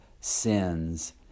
sins